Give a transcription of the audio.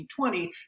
1920